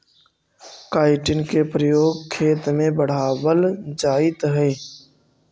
chitin के प्रयोग खेत में बढ़ावल जाइत हई